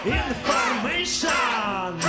information